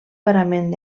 parament